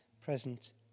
present